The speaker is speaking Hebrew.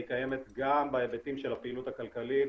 היא קיימת גם בהיבטים של הפעילות הכלכלית,